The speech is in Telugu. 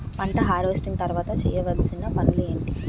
పంట హార్వెస్టింగ్ తర్వాత చేయవలసిన పనులు ఏంటి?